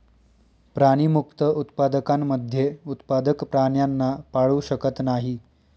प्राणीमुक्त उत्पादकांमध्ये उत्पादक प्राण्यांना पाळू शकत नाही